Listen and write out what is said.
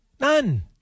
None